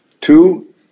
two